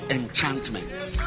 enchantments